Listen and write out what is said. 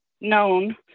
known